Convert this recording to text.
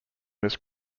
this